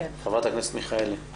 בחירת הטיפול האופטימאלי,